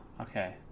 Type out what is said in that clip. Okay